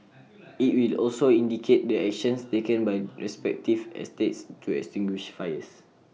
IT will also indicate the actions taken by the respective estates to extinguish fires